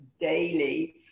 daily